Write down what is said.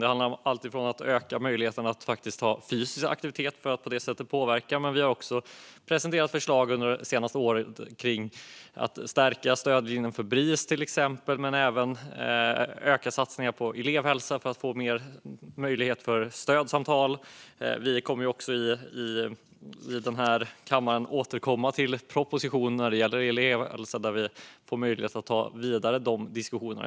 Det handlar om alltifrån att öka möjligheten till fysisk aktivitet för att på det sättet påverka till förslag som vi har presenterat det senaste året om att till exempel stärka stödlinjen hos Bris. Det handlar även om att öka satsningarna på elevhälsa för att få ökad möjlighet till stödsamtal. Vi kommer i den här kammaren att återkomma till en proposition när det gäller elevhälsa, då vi kommer att få möjlighet att ta dessa diskussioner vidare.